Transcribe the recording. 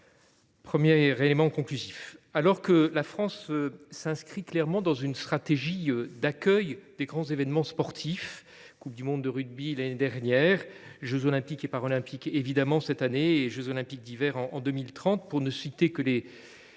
quatre éléments conclusifs. Tout d’abord, alors que la France s’inscrit clairement dans une stratégie d’accueil des grands événements sportifs – coupe du monde de rugby l’année dernière, jeux Olympiques et Paralympiques cette année et jeux Olympiques d’hiver en 2030, pour ne citer que les